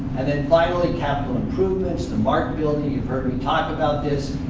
and then, finally, capital improvements. the mark building, you've heard me talk about this,